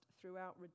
throughout